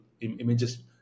images